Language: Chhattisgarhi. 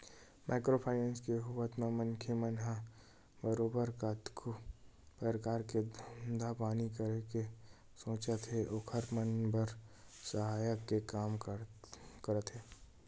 माइक्रो फायनेंस के होवत म मनखे मन ह बरोबर कतको परकार के धंधा पानी करे के सोचत हे ओखर मन बर सहायक के काम करत हे